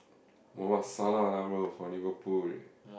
Mohamed Salah lah bro from Liverpool